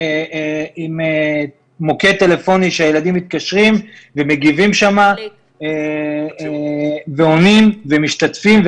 מוקד טלפוני הילדים מתקשרים ומגיבים שם ועונים ומשתתפים.